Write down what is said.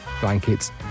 blankets